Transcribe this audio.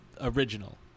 original